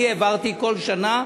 העברתי בכל שנה,